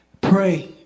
pray